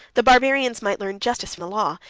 the barbarians might learn justice from the law,